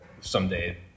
someday